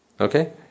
okay